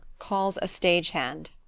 calls a stage hand.